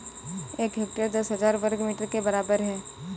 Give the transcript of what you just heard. एक हेक्टेयर दस हजार वर्ग मीटर के बराबर है